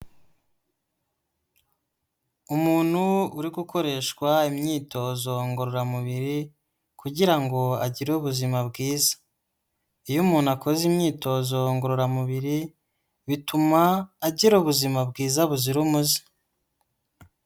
Umuntu uri gukoreshwa imyitozo ngororamubiri kugira ngo agire ubuzima bwiza, iyo umuntu akoze imyitozo ngororamubiri bituma agira ubuzima bwiza buzira umuze.